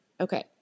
Okay